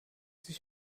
sich